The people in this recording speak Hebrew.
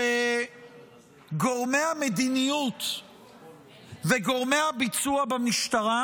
שגורמי המדיניות וגורמי הביצוע במשטרה